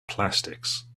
plastics